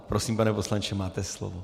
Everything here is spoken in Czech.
Prosím, pane poslanče, máte slovo.